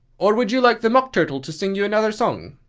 or would you like the mock turtle to sing you another song?